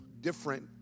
different